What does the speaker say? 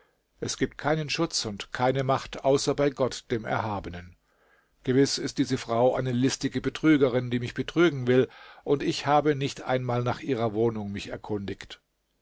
es gibt keinen schutz und keine macht außer bei gott dem erhabenen gewiß ist diese frau eine listige betrügerin die mich betrügen will und ich habe nicht einmal nach ihrer wohnung mich erkundigt